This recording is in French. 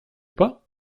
pas